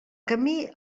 camí